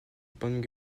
bond